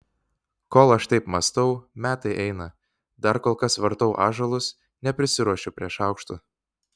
kol aš taip mąstau metai eina dar kol kas vartau ąžuolus neprisiruošiu prie šaukštų